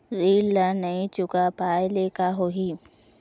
ऋण ला नई चुका पाय ले का होही?